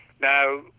now